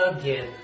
again